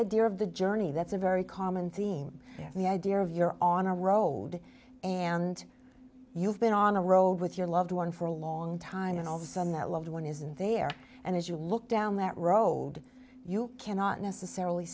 idea of the journey that's a very common theme the idea of you're on a road and you've been on a road with your loved one for a long time and also on that loved one isn't there and as you look down that road you cannot necessarily